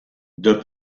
d’un